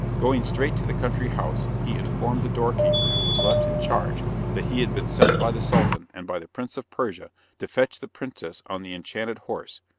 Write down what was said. going straight to the country house, he informed the doorkeeper who was left in charge that he had been sent by the sultan and by the prince of persia to fetch the princess on the enchanted horse,